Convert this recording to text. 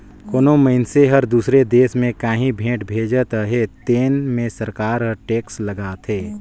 कोनो मइनसे हर दूसर देस में काहीं भेंट भेजत अहे तेन में सरकार हर टेक्स लगाथे